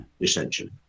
essentially